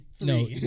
No